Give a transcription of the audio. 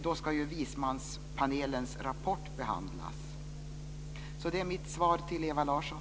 Då ska Vismanspanelens rapport behandlas. Det är mitt svar till Ewa Larsson.